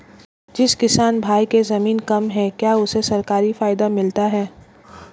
जिस किसान भाई के ज़मीन कम है क्या उसे सरकारी फायदा मिलता है?